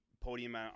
podium